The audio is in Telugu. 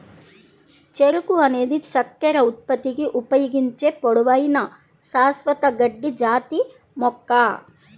చెరకు అనేది చక్కెర ఉత్పత్తికి ఉపయోగించే పొడవైన, శాశ్వత గడ్డి జాతి మొక్క